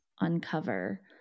uncover